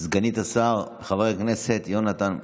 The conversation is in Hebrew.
--- סגנית השר, חבר הכנסת יונתן מישרקי.